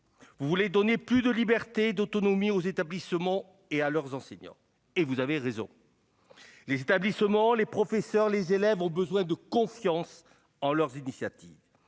vous voulez donner plus de liberté et d'autonomie aux établissements et à leurs enseignants, et vous avez raison ! Les établissements, les professeurs et les élèves ont besoin de confiance en leurs initiatives.